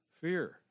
Fear